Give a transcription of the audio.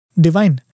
divine